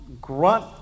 grunt